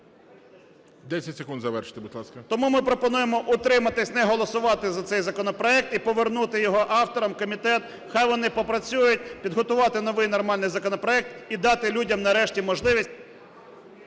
Тому ми пропонуємо утриматись, не голосувати за цей законопроект і повернути його авторам, в комітет, хай вони попрацюють, підготувати новий нормальний законопроект і дати людям нарешті можливість…